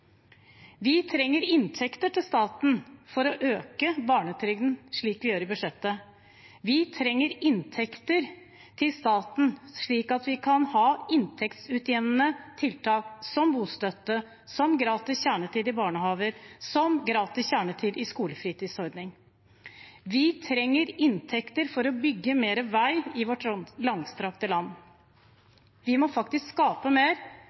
Vi trenger inntekter til staten for å øke barnetrygden, slik vi gjør i budsjettet. Vi trenger inntekter til staten, slik at vi kan ha inntektsutjevnende tiltak, som bostøtte, som gratis kjernetid i barnehager, som gratis kjernetid i skolefritidsordningen. Vi trenger inntekter for å bygge mer vei i vårt langstrakte land. Vi må faktisk skape mer,